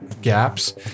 Gaps